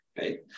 Right